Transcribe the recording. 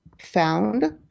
found